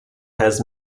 has